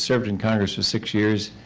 so but in congress for six years,